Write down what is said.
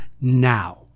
now